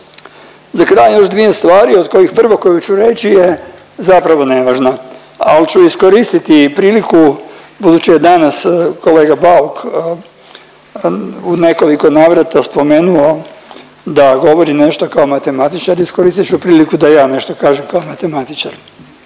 Za kraj još dvije stvari od kojih prvo koju ću reći je zapravo nevažna, ali ću iskoristiti priliku budući je danas kolega Bauk u nekoliko navrata spomenuo da govori nešto kao matematičar. Iskoristit ću priliku da i ja nešto kažem kao matematičar,